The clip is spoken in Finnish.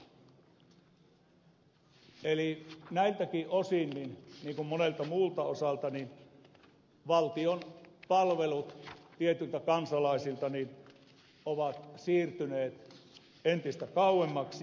näiltäkin osin niin kuin monelta muulta osalta valtion palvelut ovat tietyiltä kansalaisilta siirtyneet entistä kauemmaksi